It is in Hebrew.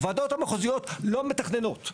הוועדות החוזיות לא מתכננות.